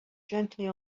gently